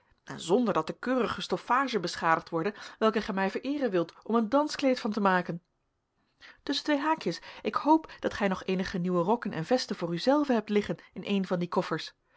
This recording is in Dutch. en zonder dat de keurige stoffage beschadigd worde welke gij mij vereeren wilt om een danskleed van te maken tusschen twee haakjes ik hoop dat gij nog eenige nieuwe rokken en vesten voor u zelven hebt liggen in een van die koffers